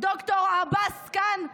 ד"ר עבאס כאן?